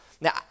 Now